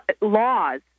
laws